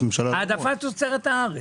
העדפת תוצרת הארץ.